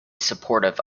supportive